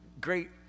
great